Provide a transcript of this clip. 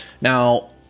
Now